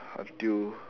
until